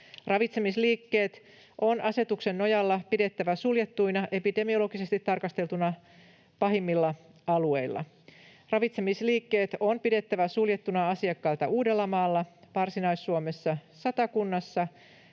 Ravitsemisliikkeet on asetuksen nojalla pidettävä suljettuina epidemiologisesti tarkasteltuna pahimmilla alueilla. Ravitsemisliikkeet on pidettävä suljettuina asiakkailta Uudellamaalla, Varsinais-Suomessa, Satakunnassa,